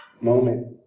moment